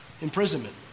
imprisonment